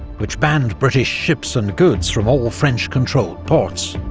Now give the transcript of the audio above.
which banned british ships and goods from all french-controlled ports.